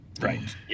Right